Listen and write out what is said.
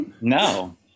No